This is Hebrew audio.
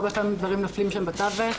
הרבה פעמים הדברים נופלים שם בתווך,